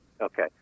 Okay